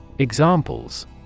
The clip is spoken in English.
Examples